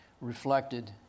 reflected